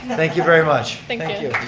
thank you very much. thank you.